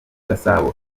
gasabo